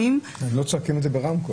אבל הם לא צועקים את זה ברמקול.